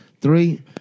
three